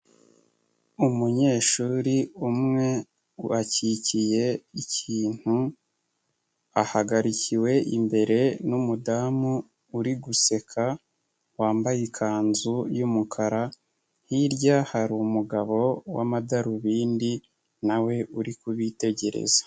Umunyeshuri umwe wakikiye ikintu, ahagarikiwe imbere n'umudamu uri guseka, wambaye ikanzu y'umukara, hirya hari umugabo w'amadarubindi na we uri kubitegereza.